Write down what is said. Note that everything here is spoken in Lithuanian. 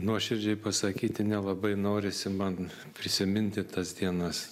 nuoširdžiai pasakyti nelabai norisi man prisiminti tas dienas